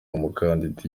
umukandida